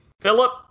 Philip